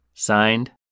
Signed